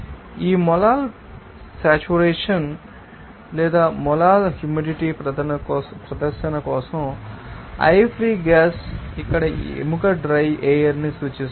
ఈ molal saturation లేదా molal humidity ప్రదర్శన కోసం ఐ ఫ్రీ గ్యాస్ ఇక్కడ ఎముక డ్రై ఎయిర్ ని సూచిస్తుంది